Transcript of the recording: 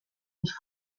sich